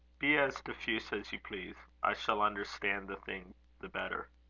be as diffuse as you please. i shall understand the thing the better.